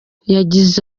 yagize